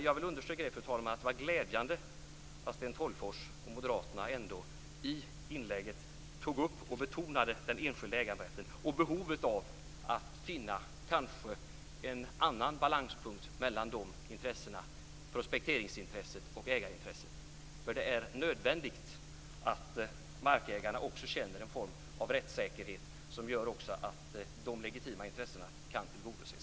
Jag vill understryka, fru talman, att det var glädjande att Sten Tolgfors från Moderaterna i inlägget tog upp och betonade den enskilda äganderätten och behovet av att finna en annan balanspunkt mellan prospekteringsintresset och ägarintresset. Det är nödvändigt att markägarna känner en form av rättssäkerhet som gör att de legitima intressena kan tillgodoses.